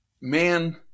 man